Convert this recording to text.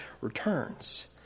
returns